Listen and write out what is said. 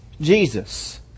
Jesus